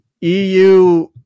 EU